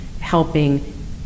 helping